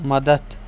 مَدتھ